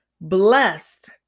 Blessed